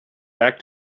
back